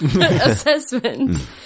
assessment